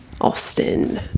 Austin